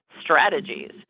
strategies